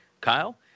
Kyle